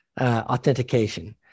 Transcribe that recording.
authentication